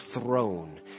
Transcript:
throne